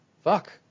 fuck